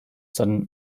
sudden